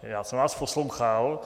Já jsem vás poslouchal.